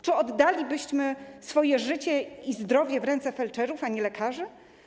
Czy oddalibyśmy swoje życie i zdrowie w ręce felczerów, a nie lekarzy?